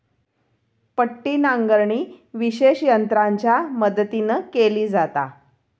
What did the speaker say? पट्टी नांगरणी विशेष यंत्रांच्या मदतीन केली जाता